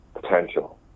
potential